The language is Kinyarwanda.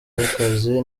y’akazi